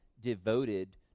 devoted